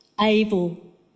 able